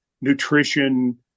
nutrition